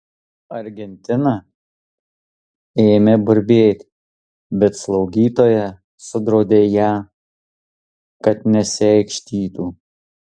argentina ėmė burbėti bet slaugytoja sudraudė ją kad nesiaikštytų